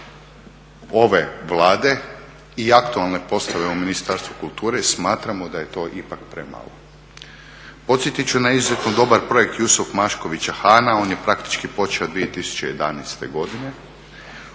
ove Vlade i aktualne postave u Ministarstvu kulture smatramo da je to ipak premalo. Podsjetit ću na izuzetno dobar projekt …/Govornik se ne razumije./… Hana, on je praktički počeo 2011. godine.